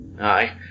Aye